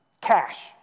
cash